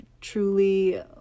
truly